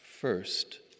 first